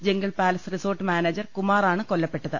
jungle palace resort manager കുമാറാണ് കൊല്ല പ്പെട്ടത്